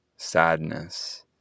Sadness